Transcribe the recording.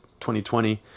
2020